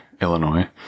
Illinois